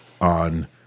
on